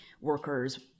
worker's